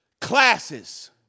classes